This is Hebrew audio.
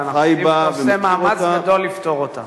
ואנחנו יודעים שאתה עושה מאמץ גדול לפתור אותה.